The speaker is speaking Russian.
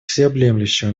всеобъемлющего